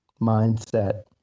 mindset